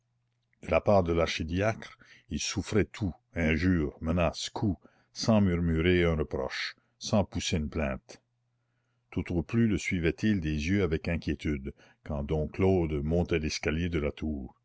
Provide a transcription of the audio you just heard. la part de l'archidiacre il souffrait tout injures menaces coups sans murmurer un reproche sans pousser une plainte tout au plus le suivait il des yeux avec inquiétude quand dom claude montait l'escalier de la tour